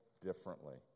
differently